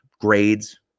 grades